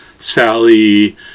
Sally